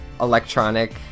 electronic